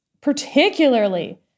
particularly